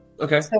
Okay